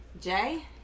Jay